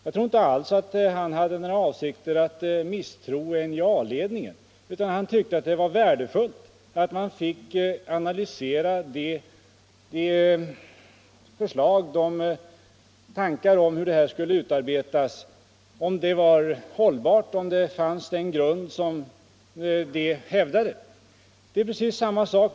Jag tror inte alls att han hade för avsikt att misstro NJA-ledningen. Han tyckte det var värdefullt att få analysera om förslagen var hållbara och om den grund fanns som ledningen hävdade. Det gäller här precis samma sak.